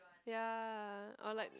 ya or like